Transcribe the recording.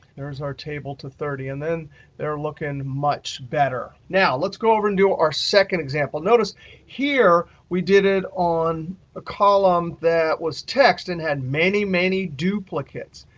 there is our table to thirty. and then they're looking much better. now, let's go over and into our second example. notice here, we did it on a column that was text and had many, many duplicates.